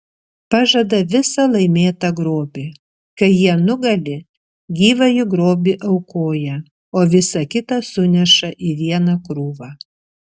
pažada visą laimėtą grobį kai jie nugali gyvąjį grobį aukoja o visa kita suneša į vieną krūvą